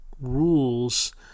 rules